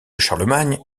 charlemagne